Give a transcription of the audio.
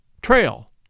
Trail